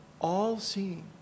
all-seeing